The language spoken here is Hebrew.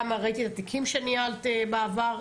גם ראיתי את התיקים שניהלת בעבר,